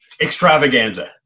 extravaganza